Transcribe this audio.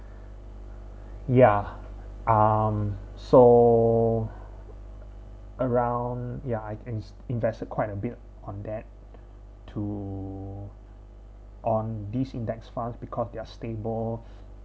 ya um so I'm so around ya I is invested quite a bit on that to on these index funds because they're stable